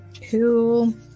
Two